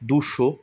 দুশো